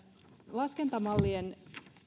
laskentamallien